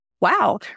wow